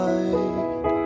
Light